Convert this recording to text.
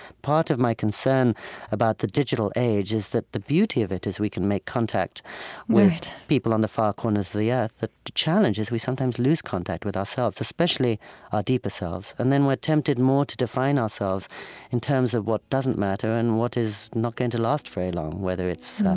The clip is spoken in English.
part of my concern about the digital age is that the beauty of it is we can make contact with people on the far corners of the earth. the challenge is we sometimes lose contact with ourselves, especially our deeper selves. and then we're tempted more to define ourselves in terms of what doesn't matter and what is not going to last very long, whether it's